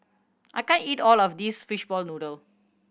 I can't eat all of this fishball noodle